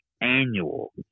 annual